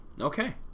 Okay